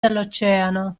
dell’oceano